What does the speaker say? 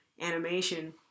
animation